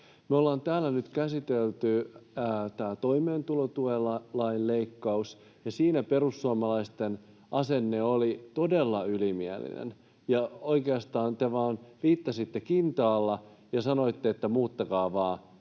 Me ollaan täällä nyt käsitelty tämä toimeentulotukilain leikkaus, ja siinä perussuomalaisten asenne oli todella ylimielinen. Oikeastaan te vain viittasitte kintaalla ja sanoitte, että ”muuttakaa vaan